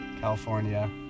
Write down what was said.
California